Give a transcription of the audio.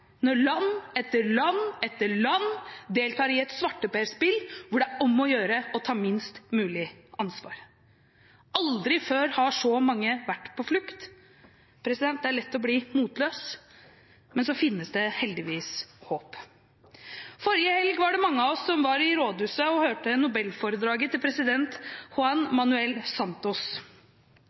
når land etter land deltar i et svarteperspill hvor det er om å gjøre å ta minst mulig ansvar. Aldri før har så mange vært på flukt. Det er lett å bli motløs, men det finnes heldigvis håp. Forrige helg var mange av oss i Rådhuset og hørte nobelforedraget til president Juan Manuel Santos.